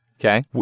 Okay